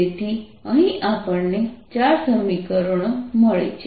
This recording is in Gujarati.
તેથી અહીં આપણને ચાર સમીકરણો મળ્યાં છે